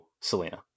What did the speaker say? Selena